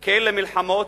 כן למלחמות,